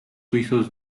suizos